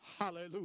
Hallelujah